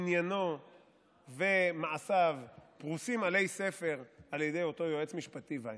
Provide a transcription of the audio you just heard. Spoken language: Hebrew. עניינו ומעשיו פרוסים עלי ספר על ידי אותו יועץ משפטי וינשטיין,